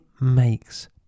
makes